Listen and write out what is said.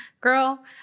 girl